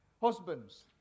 Husbands